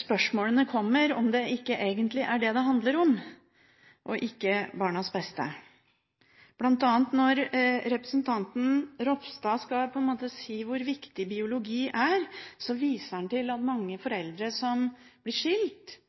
spørsmålene kommer om det egentlig ikke er det det handler om, og ikke barnas beste, bl.a. når representanten Ropstad skal si hvor viktig biologi er, og viser til at mange foreldre som blir skilt,